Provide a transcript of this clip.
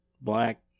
Black